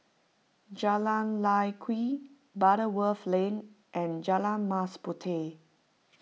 Jalan Lye Kwee Butterworth Lane and Jalan Mas Puteh